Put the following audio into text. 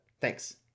Thanks